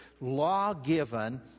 law-given